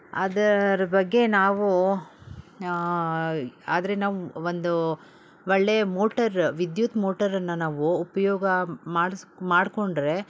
ಅದರ ಬಗ್ಗೆ ನಾವು ಆದರೆ ನಾವು ಒಂದು ಒಳ್ಳೆ ಮೋಟರ್ ವಿದ್ಯುತ್ ಮೋಟರನ್ನು ನಾವು ಉಪಯೋಗ ಮಾಡಿಸ್ ಮಾಡಿಕೊಂಡ್ರೆ